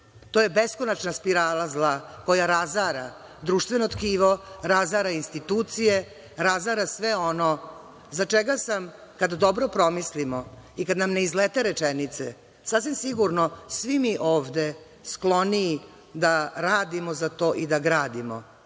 to je beskonačna spirala zla koja razara društveno tkivo, razara institucije, razara sve ono za čega smo, kada dobro promislimo i kada ne izlete rečenice, sasvim sigurno, svi mi ovde skloni da radimo za to i da gradimo